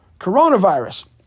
coronavirus